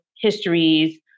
histories